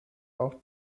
auch